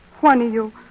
Juanillo